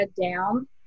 down